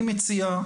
אני מציע,